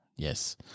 Yes